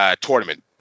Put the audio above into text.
tournament